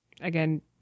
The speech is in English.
again